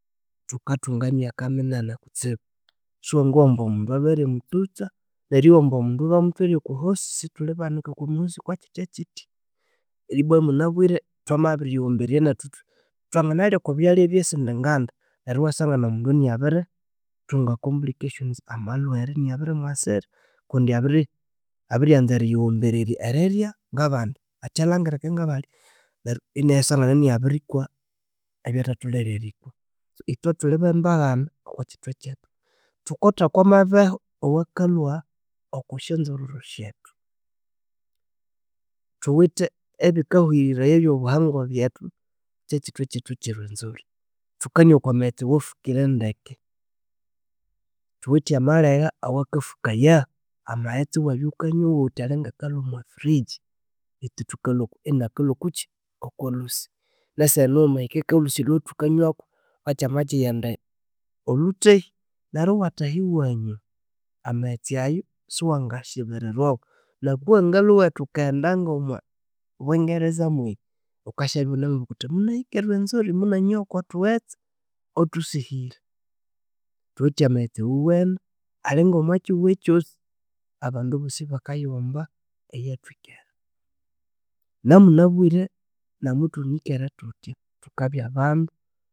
Thukathunga emyaka minene kutsibu siwungowa ambu omundu alhwere omutsutsa neryowa ambu omundu bamuthwere okwa hosi sithulhi baika okwa mahosi kwakyityakyitya neryobwa munabire thwamabiyiwum bererya thwanganalya oko byalya byesindi nganda neryo yiwasinga omundu yinabirethunga complications amalhwere yinabiri mwasira kundi abri abiryanza eriyi obererya erirya ngabandi athi alangirike ngabalya neryo yinayisangana yibirikwa ebyathatholere erikwa yithwe thulhi bembaghane oko kyithwe kyethu thukotha okwamabyehu omwakalhwa okosyazururu syethu thuwithe ebikahuhiraya ebyobuhangwa bethu kyekithwa kyethu kyerwenzori thukanywa okwa mayetse owa fukire ndeke thuwithe amalegha owakafukaya amaghetse yiwabya wukanywa wuthi alinga akalhwa omwa firigyi bethu thukalhwa yinakalhwa okukyi oko lhusi nesehenu wamahikeka olhusi olhwa thukanywa wukakyama kyi- enkda olhuthehi neryo yiwatheha yiwanywa amaghetse ayo siwangasyibirirwawu nokuwangalhwa ewethu wuka enda ngomo bwengereza weyi wukesyabya wunemubuka wuthi munahika erwenzori namanywa oko thuweghetse othusihire thuwithe amaghetse owuwene alhinga omwekyihugho kyosi abandu bosi bakayiwomba eyathwikere namunabire namuthunikere thjutya thukabya abandu